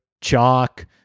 chalk